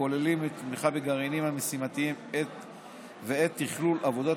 הכוללים את התמיכה בגרעינים המשימתיים ואת תכלול עבודת